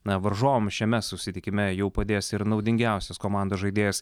na varžovams šiame susitikime jau padės ir naudingiausias komandos žaidėjas